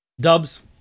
Dubs